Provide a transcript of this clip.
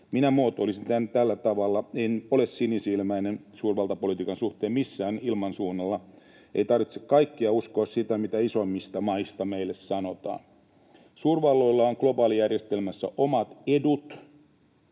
Minä muotoilisin tämän tällä tavalla: en ole sinisilmäinen suurvaltapolitiikan suhteen millään ilmansuunnalla, ei tarvitse uskoa kaikkea sitä, mitä isoimmista maista meille sanotaan. Suurvalloilla on globaalijärjestelmässä omat edut,